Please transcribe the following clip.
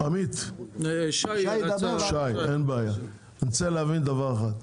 אני רוצה להבין דבר אחד: